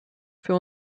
für